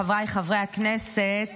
חבריי חברי הכנסת,